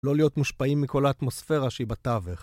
‫לא להיות מושפעים מכל האטמוספירה ‫שהיא בתווך.